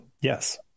Yes